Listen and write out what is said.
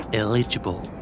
eligible